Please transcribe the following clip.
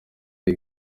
ari